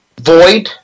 void